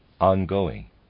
ongoing